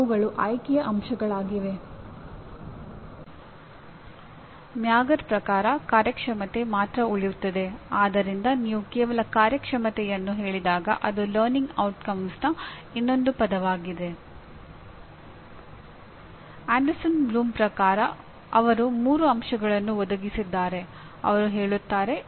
ಎಂಜಿನಿಯರ್ಗಳು ಈ ಎಲ್ಲಾ ಚಟುವಟಿಕೆಗಳನ್ನು ನಿರ್ವಹಿಸುವುದಷ್ಟೇ ಅಲ್ಲ ಕೆಲವೊಮ್ಮೆ ಅವರು ತಾಂತ್ರಿಕ ಉತ್ಪನ್ನಗಳು ಮತ್ತು ಸೇವೆಗಳನ್ನು ಬಳಸಿಕೊಂಡು ಸೇವೆಗಳನ್ನೊ ಒದಗಿಸುತ್ತಾರೆ